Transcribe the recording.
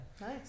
Nice